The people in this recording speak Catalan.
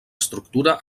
estructura